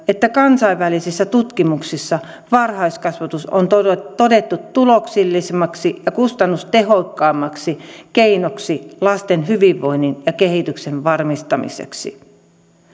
että kansainvälisissä tutkimuksissa varhaiskasvatus on todettu tuloksellisimmaksi ja kustannustehokkaimmaksi keinoksi lasten hyvinvoinnin ja kehityksen varmistamiseksi